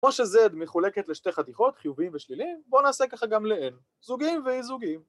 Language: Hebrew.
כמו ש-Z מחולקת לשתי חתיכות, חיוביים ושליליים, בואו נעשה ככה גם ל-N. זוגיים ואי-זוגיים.